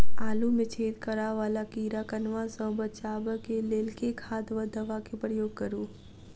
आलु मे छेद करा वला कीड़ा कन्वा सँ बचाब केँ लेल केँ खाद वा दवा केँ प्रयोग करू?